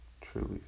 truly